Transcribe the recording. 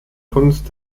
kunst